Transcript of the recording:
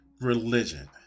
religion